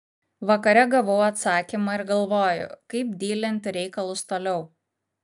vakare gavau atsakymą ir galvoju kaip dylinti reikalus toliau